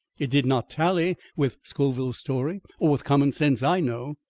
it did not tally with scoville's story or with common sense i know.